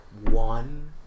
one